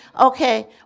Okay